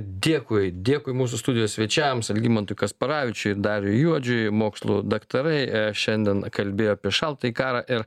dėkui dėkui mūsų studijos svečiams algimantui kasparavičiui dariui juodžiui mokslų daktarai šiandien kalbėjo apie šaltąjį karą ir